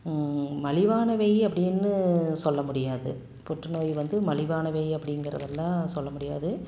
மலிவானவை அப்படின்னு சொல்ல முடியாது புற்றுநோய் வந்து மலிவானவை அப்படிங்கிறதெல்லாம் சொல்ல முடியாது